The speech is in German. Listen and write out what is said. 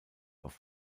auf